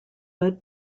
led